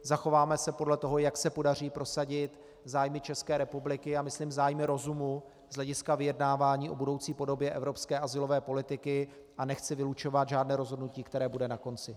Zachováme se podle toho, jak se podaří prosadit zájmy ČR, a myslím zájmy rozumu z hlediska vyjednávání o budoucí podobě evropské azylové politiky, a nechci vylučovat žádné rozhodnutí, které bude na konci.